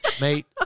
Mate